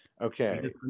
Okay